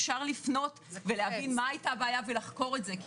אפשר לפנות ולחקור את זה.